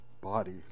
body